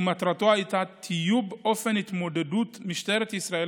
ומטרתו הייתה טיוב אופן התמודדות משטרת ישראל